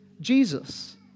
Jesus